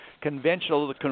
conventional